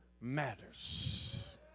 matters